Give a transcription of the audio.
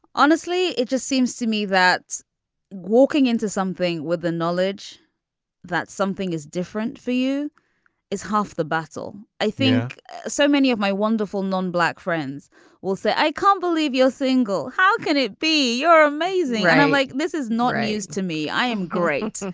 honestly it just seems to me that walking into something with the knowledge that something is different for you is half the battle. i think so many of my wonderful nonblack friends will say i can't believe you're single. how can it be. you're amazing. and i'm like this is not news to me i am great.